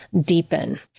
deepen